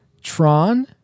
Tron